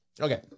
okay